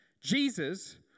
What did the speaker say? Jesus